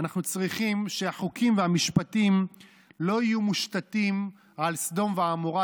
אנחנו צריכים שהחוקים והמשפטים לא יהיו מושתתים על סדום ועמורה,